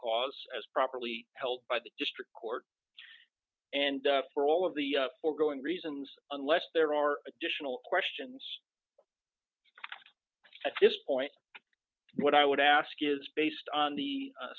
cause as properly held by the district court and for all of the foregoing reasons unless there are additional questions at this point what i would ask is based on the